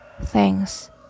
thanks